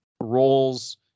roles